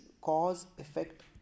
cause-effect